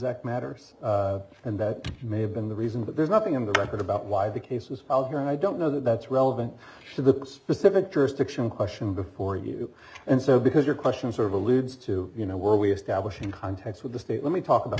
that matters and that may have been the reason but there's nothing in the record about why the case was filed here and i don't know that that's relevant to the specific jurisdiction question before you and so because your questions are of alludes to you know where we establish in context with the state let me talk about